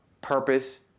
purpose